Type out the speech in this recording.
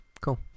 cool